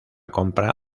compra